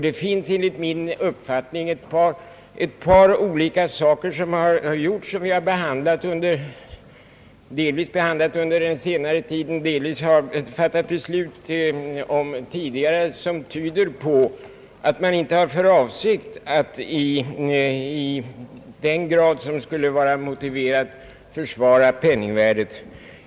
Det finns ett par saker, som vi både har behandlat och fattat beslut om under senare tid, som tyder på att regeringen inte har för avsikt att i den grad som skulle vara motiverad försvara penningvärdet.